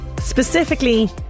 Specifically